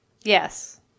Yes